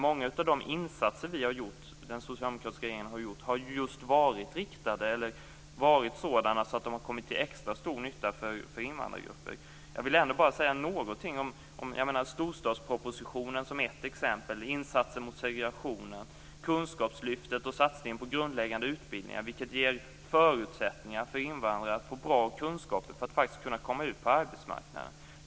Många av de insatser den socialdemokratiska regeringen har gjort har just varit sådana att de har kommit till extra stor nytta för invandrargrupper. Jag vill ändå bara säga något om detta. Storstadspropositionen är ett exempel, liksom insatserna mot segregation, kunskapslyftet och satsningen på grundläggande utbildningar. Det ger förutsättningar för invandrare att få bra kunskaper för att faktiskt kunna komma ut på arbetsmarknaden.